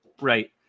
right